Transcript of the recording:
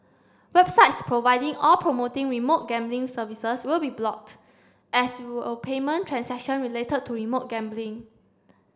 websites providing or promoting remote gambling services will be blocked as will payment transactions related to remote gambling